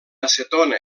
acetona